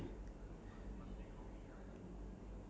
I don't know where they conclude it from